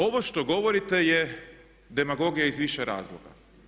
Ovo što govorite je demagogija iz više razloga.